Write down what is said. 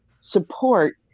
support